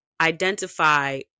identify